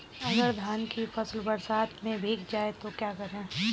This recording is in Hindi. अगर धान की फसल बरसात में भीग जाए तो क्या करें?